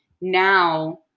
Now